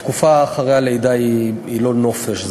התקופה שאחרי הלידה היא אכן לא נופש,